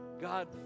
God